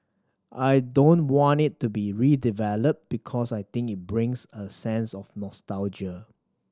I don't want it to be redeveloped because I think it brings a sense of nostalgia